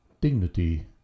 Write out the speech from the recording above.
Dignity